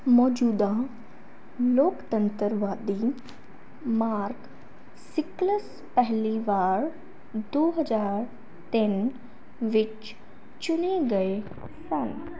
ਮੌਜੂਦਾ ਲੋਕਤੰਤਰਵਾਦੀ Mark Sickles ਪਹਿਲੀ ਵਾਰ ਦੋ ਹਜ਼ਾਰ ਤਿੰਨ ਵਿੱਚ ਚੁਣੇ ਗਏ ਸਨ